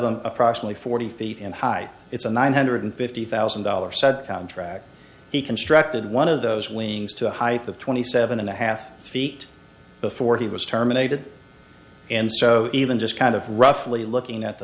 them approximately forty feet and high it's a nine hundred fifty thousand dollar said contract he constructed one of those wings to hype the twenty seven and a half feet before he was terminated and so even just kind of roughly looking at the